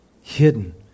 hidden